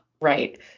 Right